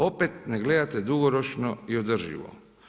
Opet ne gledate dugoročno i održivo.